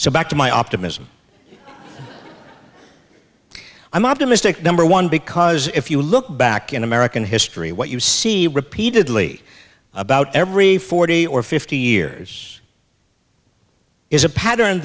so back to my optimism i'm optimistic number one because if you look back in american history what you see repeatedly about every forty or fifty years is a pattern